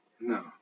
No